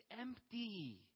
empty